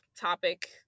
topic